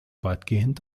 weitgehend